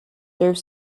serve